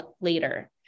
later